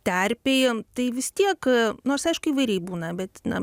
terpėj tai vis tiek nors aišku įvairiai būna bet na